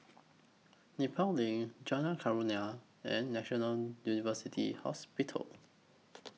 Nepal LINK Jalan Kurnia and National University Hospital